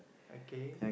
okay